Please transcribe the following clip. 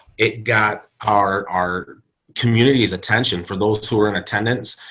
it got our, our communities attention for those who were in attendance.